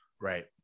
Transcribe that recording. right